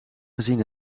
gezien